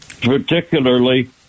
particularly